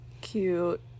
cute